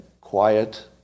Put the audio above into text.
quiet